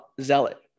Zealot